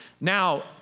Now